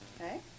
Okay